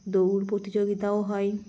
দৌড় প্রতিযোগিতাও হয়